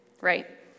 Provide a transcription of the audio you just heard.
right